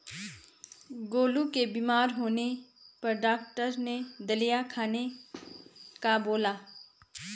गोलू के बीमार होने पर डॉक्टर ने दलिया खाने का बोला